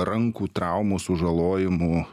rankų traumų sužalojimų